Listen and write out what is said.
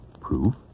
Proof